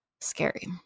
Scary